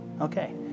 Okay